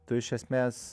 tu iš esmės